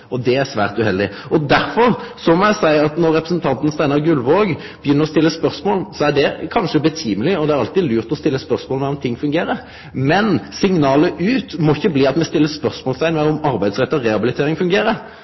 Det er svært uheldig. Derfor må eg seie at når representanten Steinar Gullvåg begynner å stille spørsmål, er det kanskje på sin plass – og det er alltid lurt å stille spørsmål om korleis ting fungerer – men signalet ut må ikkje bli at me set spørsmålsteikn ved om arbeidsretta rehabilitering fungerer.